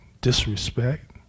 disrespect